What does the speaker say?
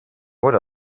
what